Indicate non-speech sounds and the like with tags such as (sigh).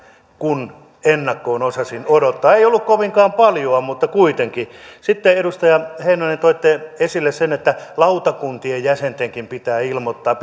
kuin ennakkoon osasin odottaa ei ollut kovinkaan paljoa mutta kuitenkin sitten edustaja heinonen toitte esille sen että lautakuntien jäsentenkin pitää ilmoittaa (unintelligible)